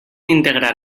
integrar